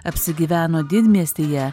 apsigyveno didmiestyje